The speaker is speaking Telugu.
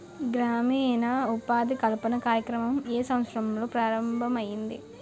గ్రామీణ ఉపాధి కల్పన కార్యక్రమం ఏ సంవత్సరంలో ప్రారంభం ఐయ్యింది?